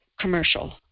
commercial